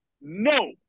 No